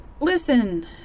listen